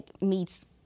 meets